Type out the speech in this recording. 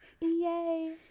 Yay